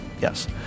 yes